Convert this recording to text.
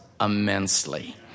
immensely